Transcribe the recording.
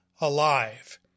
alive